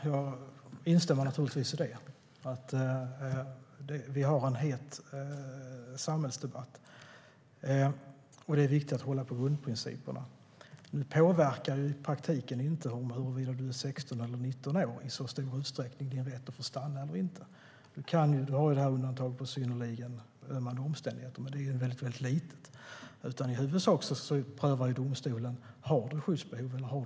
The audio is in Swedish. Herr talman! Jag instämmer i att vi har en het samhällsdebatt och att det är viktigt att hålla på grundprinciperna. I praktiken påverkas inte rätten att få stanna eller inte i särskilt stor utsträckning av om man är 16 eller 19 år. Undantaget med synnerligen ömmande omständigheter finns, men det är väldigt litet. I huvudsak prövar domstolen om man har skyddsbehov eller inte.